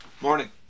Morning